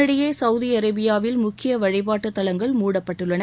இதனிடையே சவுதி அரேபியாவில் முக்கிய வழிபாட்டு ஸ்தலங்கள் மூடப்பட்டுள்ளன